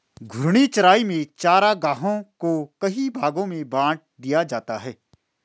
घूर्णी चराई में चरागाहों को कई भागो में बाँट दिया जाता है